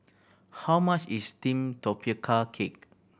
how much is steamed cake